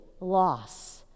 loss